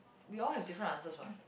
we all have different answers what